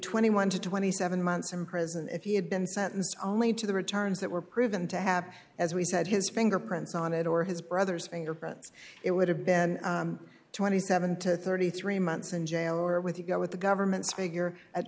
twenty one to twenty seven months in prison if he had been sentenced only to the returns that were proven to have as we said his fingerprints on it or his brother's fingerprints it would have been twenty seven to thirty three months in jail or with hugo with the government's figure at